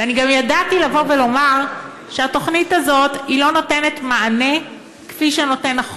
ואני גם ידעתי לומר שהתוכנית הזאת לא נותנת מענה כפי שהחוק נותן.